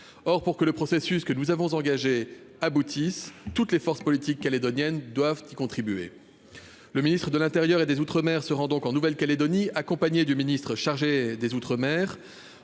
Or, pour que le processus que nous avons engagé aboutisse, toutes les forces politiques calédoniennes doivent y contribuer. Le ministre de l'intérieur et des outre-mer se rendra donc en Nouvelle-Calédonie, accompagné du ministre délégué chargé des outre-mer,